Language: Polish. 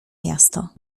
miasto